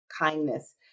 kindness